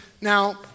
now